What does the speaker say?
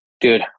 dude